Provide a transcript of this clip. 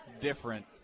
different